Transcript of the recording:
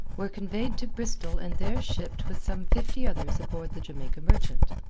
were conveyed to bristol and there shipped with some fifty others aboard the jamaica merchant.